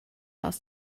aus